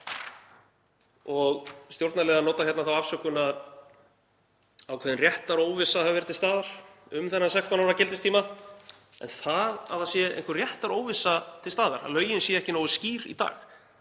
Stjórnarliðar nota hérna þá afsökun að ákveðin réttaróvissa hafi verið til staðar um þennan 16 ára gildistíma en það að einhver réttaróvissa sé til staðar, að lögin séu ekki nógu skýr í dag,